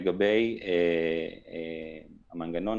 לגבי המנגנון,